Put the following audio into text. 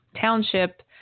township